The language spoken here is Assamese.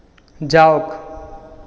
যাওক